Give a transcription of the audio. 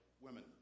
women